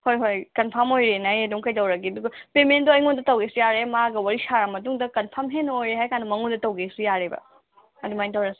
ꯍꯣꯏ ꯍꯣꯏ ꯀꯟꯐꯥꯝ ꯑꯣꯏꯔꯦꯅ ꯑꯩ ꯑꯗꯨꯝ ꯀꯩꯗꯧꯔꯒꯦ ꯑꯗꯨꯒ ꯄꯦꯃꯦꯟꯗꯣ ꯑꯩꯉꯣꯟꯗ ꯇꯧꯒꯦꯁꯨ ꯌꯥꯔꯦ ꯃꯥꯒ ꯋꯥꯔꯤ ꯁꯥꯔꯕ ꯃꯇꯨꯡꯗ ꯀꯟꯐꯥꯝ ꯍꯦꯟꯅ ꯑꯣꯏꯔꯦ ꯍꯥꯏꯔ ꯀꯥꯟꯗ ꯃꯉꯣꯟꯗ ꯇꯧꯒꯦꯁꯨ ꯌꯥꯔꯦꯕ ꯑꯗꯨꯃꯥꯏꯅ ꯇꯧꯔꯁꯦ